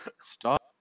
Stop